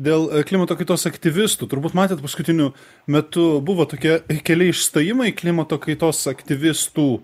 dėl klimato kaitos aktyvistų turbūt matėt paskutiniu metu buvo tokie keli išstojimai klimato kaitos aktyvistų